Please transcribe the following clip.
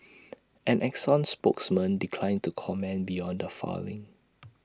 an exxon spokesman declined to comment beyond the filing